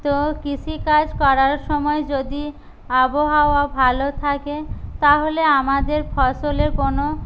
তো কৃষিকাজ করার সময় যদি আবহাওয়া ভালো থাকে তাহলে আমাদের ফসলে কোনো